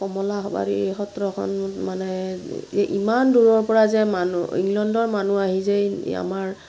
কমলাবাৰী সত্ৰখন মানে ইমান দূৰৰ পৰা যে মানুহ ইংলণ্ডৰ মানুহ আহি যে আমাৰ